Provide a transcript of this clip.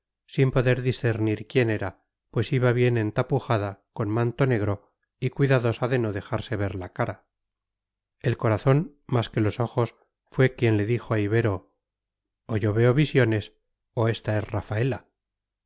sin poder discernir quién era pues iba bien entapujada con manto negro y cuidadosa de no dejarse ver la cara el corazón más que los ojos fue quien le dijo a ibero o yo veo visiones o esta es rafaela